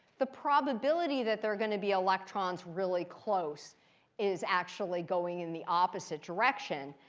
the probability that there are going to be electrons really close is actually going in the opposite direction.